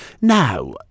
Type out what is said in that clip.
Now